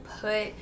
put